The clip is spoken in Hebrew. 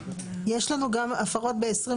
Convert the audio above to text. היבואן הוא צריך באמת לראות שאורך חיי המדף שנתן היצרן